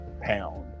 pound